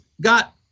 got